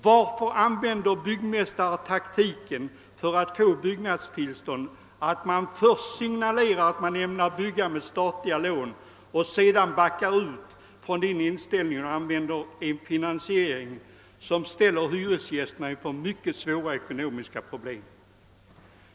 Varför använder byggmästare för att få byggnadstillstånd den taktiken att de först signalerar att de ämnar bygga med statliga lån, varpå de backar ut från den inställningen och begagnar en finansiering som ställer hyresgästerna inför mycket svåra ekonomiska problem?